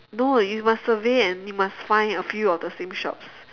no you must survey and you must find a few of the same shops